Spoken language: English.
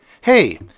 Hey